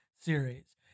Series